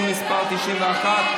תודה.